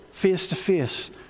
face-to-face